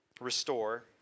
restore